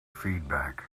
feedback